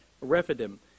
Rephidim